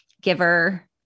giver